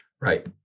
Right